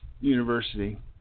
university